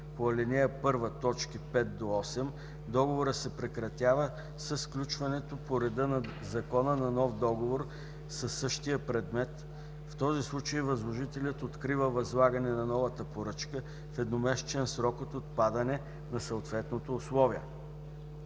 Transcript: по ал. 1, т. 5-8, договорът се прекратява със сключването по реда на закона на нов договор със същия предмет. В този случай възложителят открива възлагането на новата поръчка в едномесечен срок от отпадане на съответното условие.